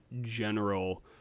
general